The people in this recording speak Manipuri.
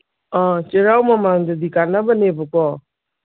ꯑ ꯆꯩꯔꯥꯎ ꯃꯃꯥꯡꯗꯗꯤ ꯀꯥꯅꯕꯅꯦꯕꯀꯣ